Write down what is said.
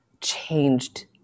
changed